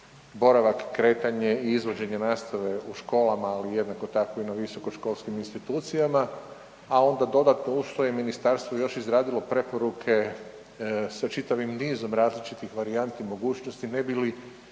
boravak, kretanje i izvođenje nastave u školama, ali jednako tako i na visoko školskim institucijama, a onda dodatno uz to Ministarstvo je još izradilo preporuke sa čitavim nizom različitih varijanti mogućnosti ne bi li